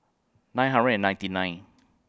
nine hundred and ninety nine